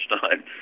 time